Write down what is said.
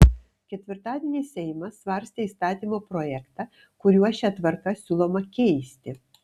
ketvirtadienį seimas svarstė įstatymo projektą kuriuo šią tvarką siūloma keisti